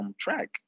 Track